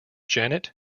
janet